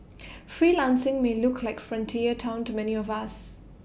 freelancing may look like frontier Town to many of us